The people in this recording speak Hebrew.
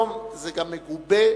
היום זה גם מגובה